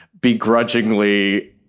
begrudgingly